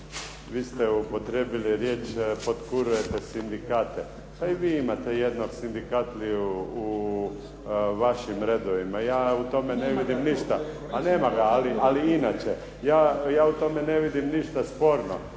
vi ste upotrijebili riječ "potkurujete sindikate". A i vi imate jednog sindikatliju u vašim redovima. Ja u tome ne vidim ništa… … /Upadica se ne čuje./… Nema ga, ali inače, ja u tome ne vidim ništa sporno.